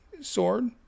sword